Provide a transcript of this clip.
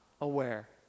aware